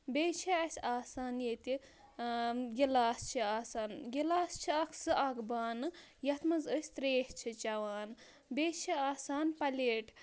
بیٚیہِ چھِ اَسہِ آسان ییٚتہِ گِلاس چھِ آسان گِلاس چھِ اَکھ سُہ اَکھ بانہٕ یَتھ منٛز أسۍ ترٛایش چھِ چٮ۪وان بیٚیہِ چھِ آسان پَلیٹ